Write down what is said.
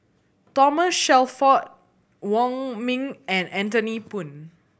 Thomas Shelford Wong Ming and Anthony Poon